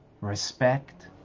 respect